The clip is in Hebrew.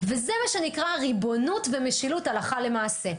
וזה מה שנקרא ריבונות ומשילות הלכה למעשה.